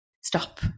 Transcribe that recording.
Stop